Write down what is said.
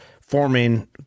forming